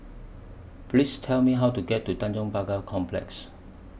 Please Tell Me How to get to Tanjong Pagar Complex